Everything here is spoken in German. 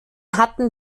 hatten